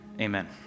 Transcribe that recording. Amen